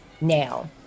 now